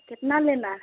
कितना लेना है